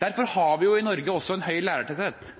Derfor har vi i Norge en høy lærertetthet.